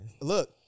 look